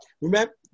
Remember